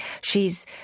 She's